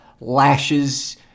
lashes